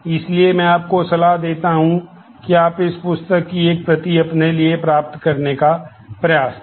इसलिए मैं आपको सलाह देता हूं कि आप इस पुस्तक की एक प्रति अपने लिए प्राप्त करने का प्रयास करें